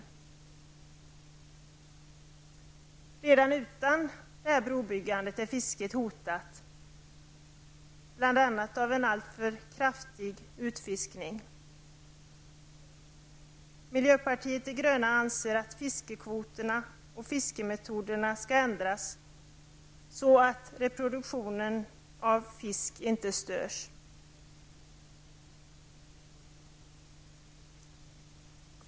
Redan utan brobyggandet är fisket hotat, bl.a. av en alltför kraftig utfiskning. Miljöpartiet de gröna anser att fiskekvoterna och fiskemetoderna skall ändras så att reproduktionen av fisk inte störs.